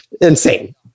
Insane